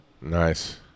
Nice